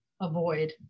avoid